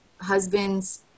husband's